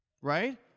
right